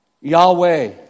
Yahweh